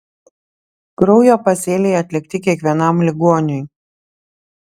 kraujo pasėliai atlikti kiekvienam ligoniui